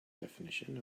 definition